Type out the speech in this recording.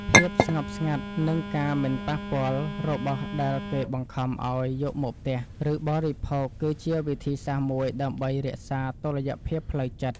ភាពស្ងប់ស្ងាត់និងការមិនប៉ះពាល់របស់ដែលគេបង្ខំឱ្យយកមកផ្ទះ ឬបរិភោគ គឺជាវិធីសាស្ត្រមួយដើម្បីរក្សាតុល្យភាពផ្លូវចិត្ត។